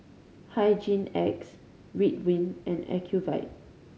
Hygin X Ridwind and Ocuvite